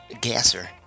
Gasser